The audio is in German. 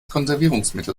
konservierungsmittel